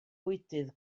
bwydydd